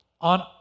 on